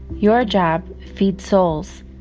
your job feeds souls,